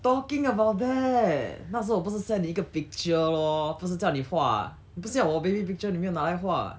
talking about that 那时候我不是 send 你一个 picture lor 不是叫你画你不是要我的 baby picture 你没有拿来画